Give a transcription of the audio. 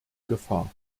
gefahr